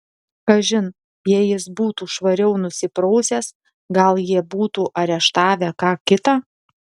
kažin jei jis būtų švariau nusiprausęs gal jie būtų areštavę ką kitą